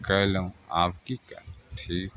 कैलौ आब की करू ठीक